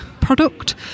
product